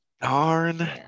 Darn